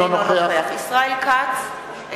אינו נוכח ישראל כץ,